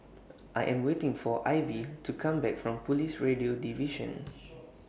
I Am waiting For Ivy to Come Back from Police Radio Division